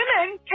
Women